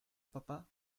papa